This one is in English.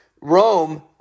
Rome